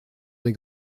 des